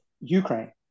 Ukraine